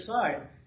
side